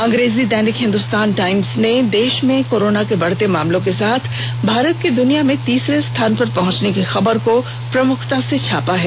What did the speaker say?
अंग्रेजी दैनिक हिंदस्तान टाइम्स ने देष में कोरोना के बढ़ते मामलों के साथ भारत के दुनिया में तीसरे स्थान पर पहुंचने की खबर को प्रमुखता से छापा है